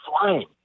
flying